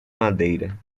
madeira